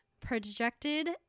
projected